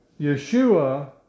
Yeshua